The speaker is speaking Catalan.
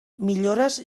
millores